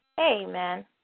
Amen